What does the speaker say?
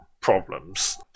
problems